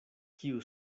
kiu